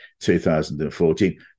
2014